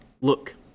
Look